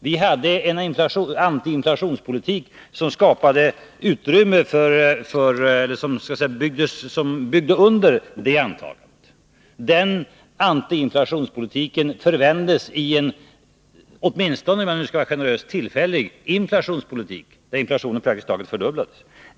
Vi hade en antiinflationspolitik som byggde under det antagandet. Den antiinflationspolitiken förvändes i en, åtminstone — om jag nu skall vara generös — tillfällig inflationspolitik; inflationen praktiskt taget fördubblades.